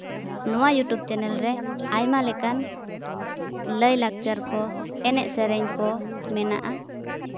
ᱱᱚᱣᱟ YouTube channel ᱨᱮ ᱟᱭᱢᱟ ᱞᱮᱠᱟᱱ ᱞᱟᱭᱼᱞᱟᱠᱪᱟᱨ ᱠᱚ ᱮᱱᱮᱡ ᱥᱮᱨᱮᱧ ᱠᱚ ᱢᱮᱱᱟᱜᱼᱟ